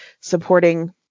supporting